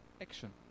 action